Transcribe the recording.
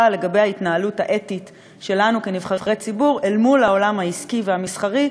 לגבי ההתנהלות האתית שלנו כנבחרי ציבור אל מול העולם העסקי והמסחרי,